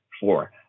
four